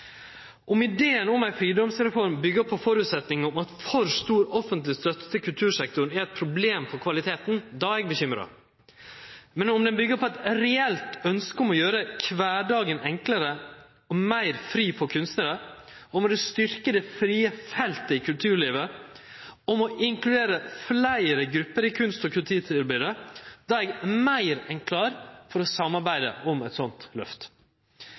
Om ideen om ei fridomsreform byggjer på føresetnaden om at for stor offentleg støtte til kultursektoren er eit problem for kvaliteten, då er eg bekymra, men om den byggjer på eit reelt ønske om å gjere kvardagen enklare og meir fri for kunstnarar, om å styrkje det frie feltet i kulturlivet og om å inkludere fleire grupper i kunst- og kulturtilbodet, då er eg meir enn klar til å samarbeide om eit slikt løft,